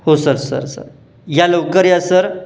हो sir sir sir या लवकर या सर